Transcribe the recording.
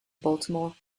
baltimore